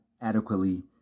adequately